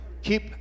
Keep